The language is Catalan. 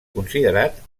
considerat